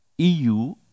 EU